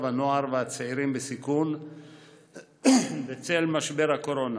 הנוער והצעירים בסיכון בצל משבר הקורונה,